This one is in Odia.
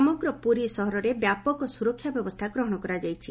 ସମଗ୍ର ପୁରୀ ସହରରେ ବ୍ୟାପକ ସୁରକ୍ଷା ବ୍ୟବସ୍କା ଗ୍ରହଶ କରାଯାଇଛି